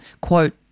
quote